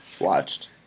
watched